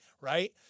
right